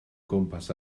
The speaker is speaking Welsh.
gwmpas